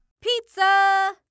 Pizza